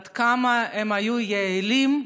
עד כמה הם היו יעילים,